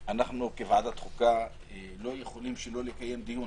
וכוועדת חוקה אנחנו לא יכולים שלא לקיים על כך דיון.